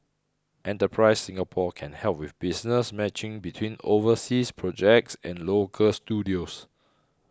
enterprise Singapore can help with business matching between overseas projects and local studios